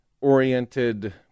oriented